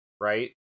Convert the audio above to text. right